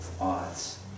odds